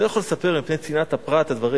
אני לא יכול לספר מפני צנעת הפרט את הדברים,